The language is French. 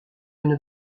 une